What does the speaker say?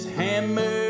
hammer